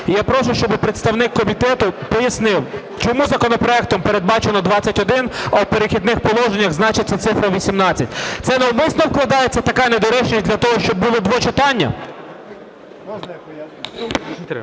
я прошу, щоби представник комітету пояснив чому законопроектом передбачено "21", а в "Перехідних положеннях" значиться цифра "18". Це навмисно вкладається така недоречність для того, щоб були двочитання?